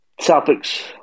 topics